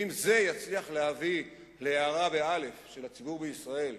ואם זה יצליח להביא להארה של הציבור בישראל,